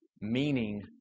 meaning